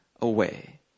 away